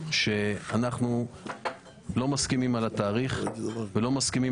שאנחנו לא מסכימים על התאריך ולא מסכימים